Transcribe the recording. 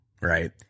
right